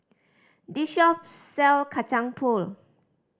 this shop sell Kacang Pool